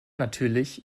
natürlich